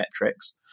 metrics